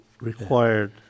required